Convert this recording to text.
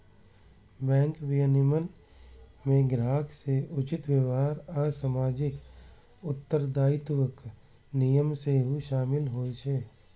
bank विनियमन मे ग्राहक सं उचित व्यवहार आ सामाजिक उत्तरदायित्वक नियम सेहो शामिल होइ छै